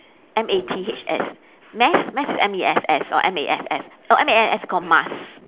M A T H S mess is M E S S or M A S S oh M A S S is called mass